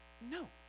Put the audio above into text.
No